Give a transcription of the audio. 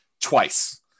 twice